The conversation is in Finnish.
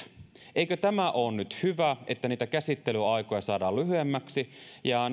eikö tämä nyt ole hyvä että niitä käsittelyaikoja saadaan lyhyemmäksi ja